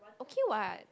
okay what